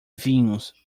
vinhos